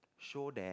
show that